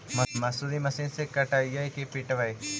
मसुरी मशिन से कटइयै कि पिटबै?